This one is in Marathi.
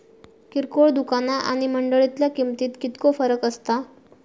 किरकोळ दुकाना आणि मंडळीतल्या किमतीत कितको फरक असता?